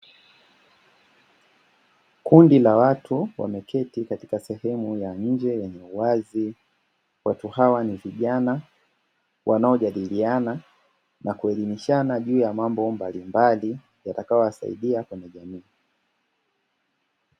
Kundi la watu wameketi katika sehemu ya nje ya wazi, watu hawa ni vijana wanajadiliana na kuelimishana juu ya mambo mbali mbali yatakayowasaidia kwenye jamii.